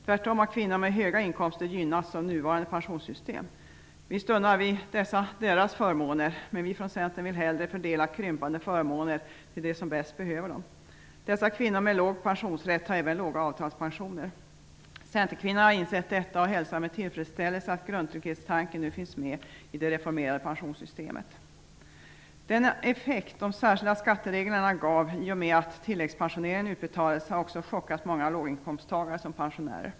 Tvärtom har kvinnor med höga inkomster gynnats av nuvarande pensionssystem. Visst unnar vi dessa deras förmåner, men vi från Centern vill hellre fördela krympande förmåner till dem som bäst behöver dem. Dessa kvinnor med låg pensionsrätt har även låga avtalspensioner. Centerkvinnorna har insett detta och hälsar med tillfredsställelse att grundtrygghetstanken nu finns med i det reformerade pensionssystemet. Den effekt de särskilda skattereglerna gav i och med att tilläggspensioneringen utbetalades har också chockat många låginkomsttagare som pensionärer.